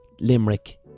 Limerick